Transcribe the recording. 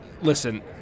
listen